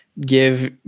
give